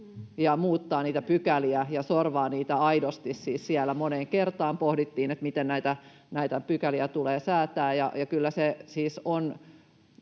ja muuttaa niitä pykäliä ja sorvaa niitä aidosti. Siis siellä moneen kertaan pohdittiin, miten näitä pykäliä tulee säätää.